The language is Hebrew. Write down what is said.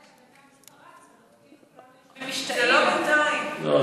פשוט בינתיים זה זה לא בינתיים, זה כבר חצי שנה.